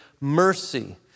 mercy